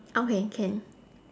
okay can